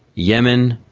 yemen,